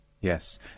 Yes